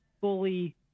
fully